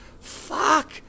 fuck